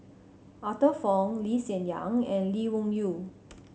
Arthur Fong Lee Hsien Yang and Lee Wung Yew